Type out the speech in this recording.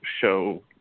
show